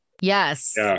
yes